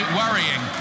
worrying